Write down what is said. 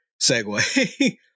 segue